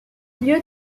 lieu